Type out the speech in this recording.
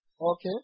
Okay